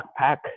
backpack